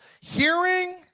Hearing